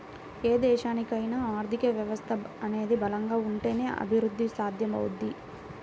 ఏ దేశానికైనా ఆర్థిక వ్యవస్థ అనేది బలంగా ఉంటేనే అభిరుద్ధి సాధ్యమవుద్ది